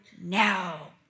now